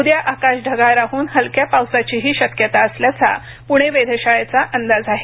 उद्या आकाश ढगाळ राहून हलक्या पावसाचीही शक्यता असल्याचा पुणे वेधशाळेचा अंदाज आहे